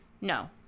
No